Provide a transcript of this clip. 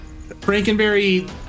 Frankenberry